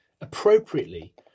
appropriately